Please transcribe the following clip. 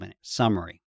summary